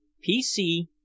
P.C